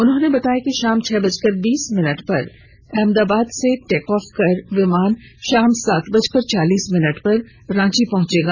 उन्होंने बताया कि शाम छह बजकर बीस मिनट पर अहमदाबाद से टेक ऑफ कर विमान शाम को सात बजकर चालीस मिनट पर रांची पहुंचेगा